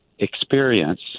experience